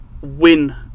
Win